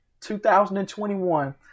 2021